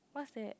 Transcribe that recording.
what's that